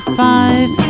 five